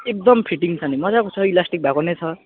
एकदम फिटिङ छ नि मजाको छ इलास्टिक भएको नै छ